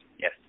Yes